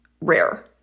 rare